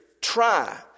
Try